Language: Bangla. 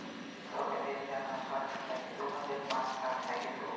লকদের জ্যনহে সরকার থ্যাইকে দু হাজার পাঁচ সাল থ্যাইকে শুরু